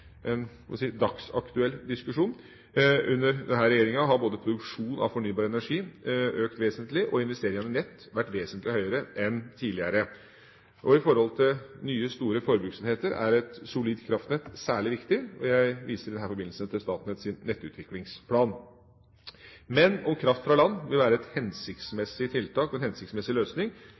dagsaktuell diskusjon. Under denne regjeringa har både produksjonen av fornybar energi økt vesentlig og investeringene i nett vært vesentlig høyere enn tidligere. Når det gjelder nye store forbruksenheter, er et solid kraftnett særlig viktig, og jeg viser i den forbindelse til Statnetts nettutviklingsplan. Men om kraft fra land vil være et hensiktsmessig tiltak og en hensiktsmessig løsning,